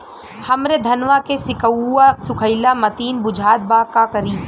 हमरे धनवा के सीक्कउआ सुखइला मतीन बुझात बा का करीं?